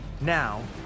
Now